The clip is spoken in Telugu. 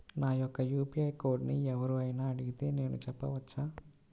నా యొక్క యూ.పీ.ఐ కోడ్ని ఎవరు అయినా అడిగితే నేను చెప్పవచ్చా?